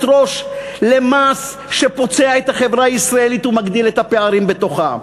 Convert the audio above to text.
ראש למס שפוצע את החברה הישראלית ומגדיל את הפערים בתוכה.